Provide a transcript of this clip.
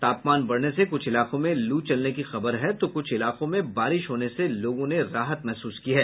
तापमन बढ़ने से कुछ इलाकों में लू चलने की खबर है तो कुछ इलाकों में बारिश होने से लोगों ने राहत महसूस की है